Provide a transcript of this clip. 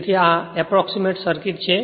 તેથી આ approximate circuit છે